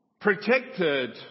protected